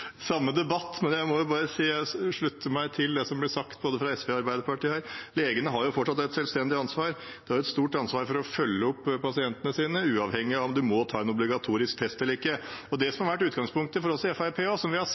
samme debatt, men jeg må bare si at jeg slutter meg til det som ble sagt fra både SV og Arbeiderpartiet her. Legene har fortsatt et selvstendig ansvar. De har et stort ansvar for å følge opp pasientene sine uavhengig av om de må ta en obligatorisk test eller ikke. Og til det som har vært utgangspunktet for oss i Fremskrittspartiet: Vi